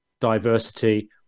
diversity